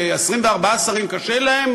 ש-24 שרים קשה להם,